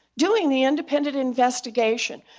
doing the independent investigation,